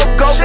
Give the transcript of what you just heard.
go